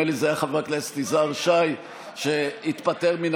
נדמה לי שזה היה חבר הכנסת יזהר שי שהתפטר מן